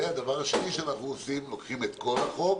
הדבר השני שאנחנו עושים לוקחים את כל החוק,